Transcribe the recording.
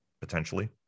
potentially